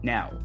Now